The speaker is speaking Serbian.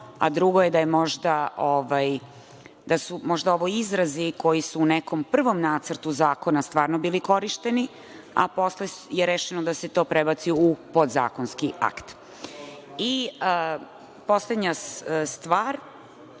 a drugo je da su možda ovo izrazi koji su u nekom prvom nacrtu zakona stvarno bili korišteni, a posle je rešeno da se to prebaci u podzakonski akt. Poslednja stvar